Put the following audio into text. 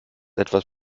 etwas